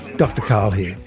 dr karl here.